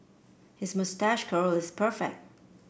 his moustache curl is perfect